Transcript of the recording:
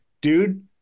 dude